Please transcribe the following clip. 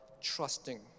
trusting